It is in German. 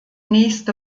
nächste